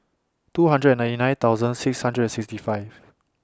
two hundred and ninety nine thousand six hundred and sixty five